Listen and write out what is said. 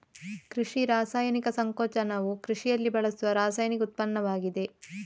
ಕೃಷಿ ರಾಸಾಯನಿಕ ಸಂಕೋಚನವು ಕೃಷಿಯಲ್ಲಿ ಬಳಸುವ ರಾಸಾಯನಿಕ ಉತ್ಪನ್ನವಾಗಿದೆ